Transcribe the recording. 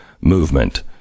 movement